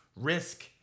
Risk